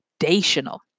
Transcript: foundational